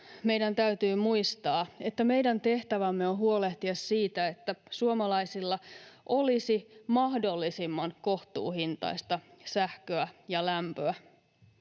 meidän täytyy muistaa, että meidän tehtävämme on huolehtia siitä, että suomalaisilla olisi mahdollisimman kohtuuhintaista sähköä ja lämpöä.